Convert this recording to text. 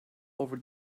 over